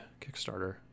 Kickstarter